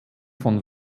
von